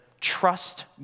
trust